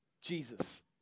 Jesus